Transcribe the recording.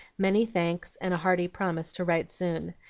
many thanks, and a hearty promise to write soon.